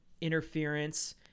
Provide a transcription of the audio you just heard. interference